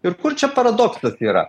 ir kur čia paradoksas yra